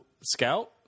scout